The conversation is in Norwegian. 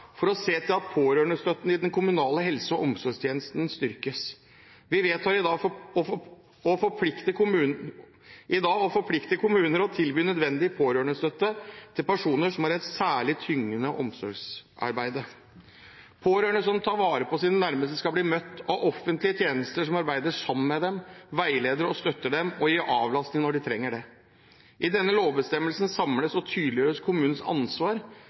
for å se til at pårørendestøtten i den kommunale helse- og omsorgstjenesten styrkes. Vi vedtar i dag å forplikte kommuner til å tilby nødvendig pårørendestøtte til personer som har et særlig tyngende omsorgsarbeid. Pårørende som tar vare på sine nærmeste, skal bli møtt av offentlige tjenester som arbeider sammen med dem, veileder og støtter dem og gir avlastning når de trenger det. I denne lovbestemmelsen samles og tydeliggjøres kommunenes ansvar